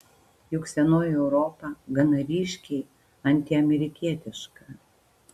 juk senoji europa gana ryškiai antiamerikietiška